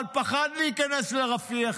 אבל הוא פחד להיכנס לרפיח,